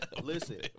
listen